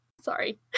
Sorry